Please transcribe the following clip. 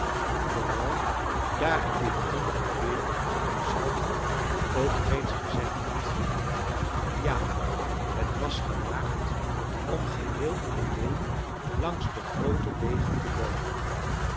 vooral daar ik dit ongeveer tot mezelf ook reeds gezegd had ja het was gewaagd om geheel alleen langs de groote wegen te loopen